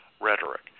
rhetoric